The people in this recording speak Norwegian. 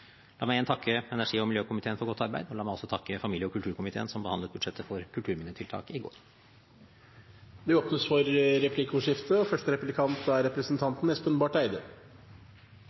La meg igjen takke energi- og miljøkomiteen for godt arbeid. La meg også takke familie- og kulturkomiteen som behandlet budsjettet for kulturminnetiltak i går. Det blir replikkordskifte.